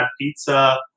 pizza